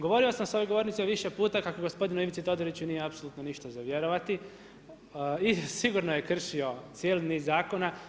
Govorio sam s ove govornice više puta kako gospodinu Ivici Todoriću nije apsolutno ništa za vjerovati i sigurno je kršio cijeli niz zakona.